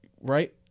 right